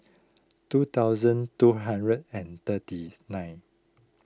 two thousand two hundred and thirty nine